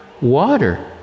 water